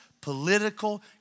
political